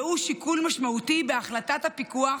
והוא שיקול משמעותי בהחלטת הפיקוח